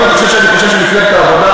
אם אתה חושב שאני חושב שמפלגת העבודה